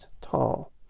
tall